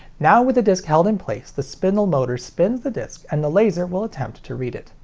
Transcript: now with the disc held in place, the spindle motor spins the disc, and the laser will attempt to read it.